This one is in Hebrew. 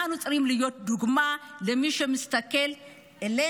אנחנו צריכים להיות דוגמה למי שמסתכל עלינו,